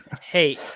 Hey